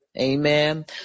amen